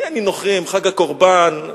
נינוחים, חג הקורבן,